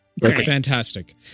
Fantastic